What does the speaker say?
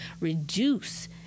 reduce